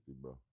bro